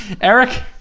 Eric